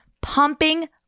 pumping